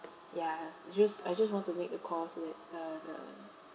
ya just I just want to make the call so that uh the